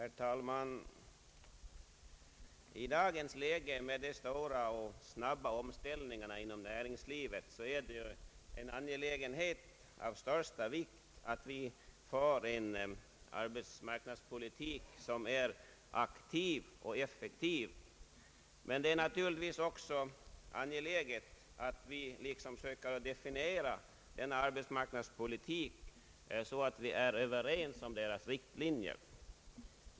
Herr talman! I dagens läge med de stora och snabba omställningarna inom näringslivet är det en angelägenhet av största vikt att vi för en arbetsmarknadspolitik som är aktiv och effektiv. Men det är naturligtvis också angeläget att vi liksom söker definiera denna arbetsmarknadspolitik så att vi blir överens om dess riktlinjer.